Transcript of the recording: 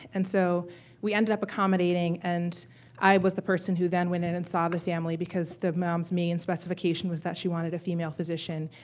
and so we ended up accommodating. and i was the person who then went in and saw the family because the mom's main specification was that she wanted a female physician.